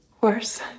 worse